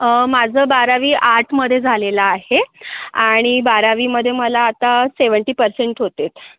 माझं बारावी आर्टमध्ये झालेलं आहे आणि बारावीमधे मला आता सेव्हन्टी पर्सेंट होते